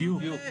בדיוק.